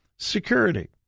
Security